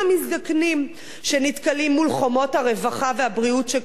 שנתקלים בחומות הרווחה והבריאות שקורסות.